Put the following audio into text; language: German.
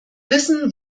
wissen